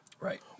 Right